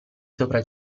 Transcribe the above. sopra